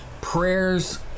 prayers